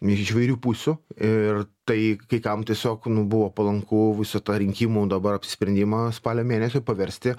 iš įvairių pusių ir tai kai kam tiesiog nu buvo palanku visą tą rinkimų dabar apsisprendimą spalio mėnesio paversti